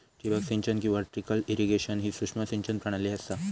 ठिबक सिंचन किंवा ट्रिकल इरिगेशन ही सूक्ष्म सिंचन प्रणाली असा